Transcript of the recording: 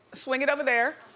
swing it over there.